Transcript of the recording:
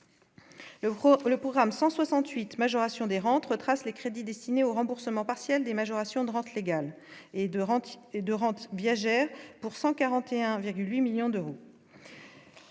lot pour RAM 168 majoration des rentes retrace les crédits destinés au remboursement partiel des majorations droite légal et de de rente bien j'ai pourcent 41,8 millions d'euros.